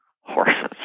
horses